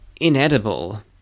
inedible